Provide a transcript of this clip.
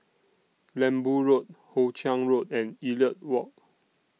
Lembu Road Hoe Chiang Road and Elliot Walk